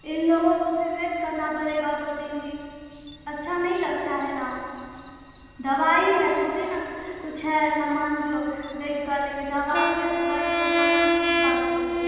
ان لوگوں کو پھر ویٹ کرنا پڑے گا دو تین دن اچھا نہیں لگتا ہے نا دوائی ہے تھوڑی نا کچھ ہے سامان جو ویٹ کر لیں گے دوائی ہے دوائی تو جان کی بات ہوتی ہے